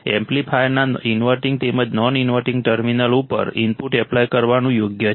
એમ્પ્લીફાયરના ઇનવર્ટિંગ તેમજ non inverting terminal ઉપર ઇનપુટ એપ્લાય કરવાનું યોગ્ય છે